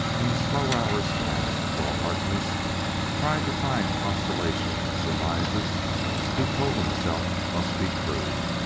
and the slow hours passed, while harkness tried to find consolation in surmises he told himself must be true.